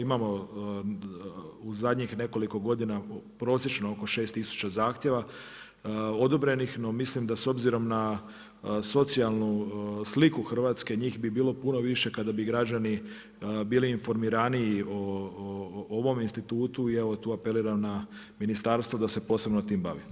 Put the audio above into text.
Imamo u zadnjih nekoliko godina prosječno oko 6000 zahtjeva odobrenih, no mislim da s obzirom na socijalnu sliku Hrvatske njih bi bilo puno više kada bi građani bili informiraniji o ovom institutu i evo tu apeliram na ministarstvo da se posebno tim bavim.